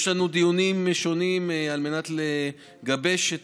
יש לנו דיונים שונים על מנת לגבש את